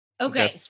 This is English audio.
Okay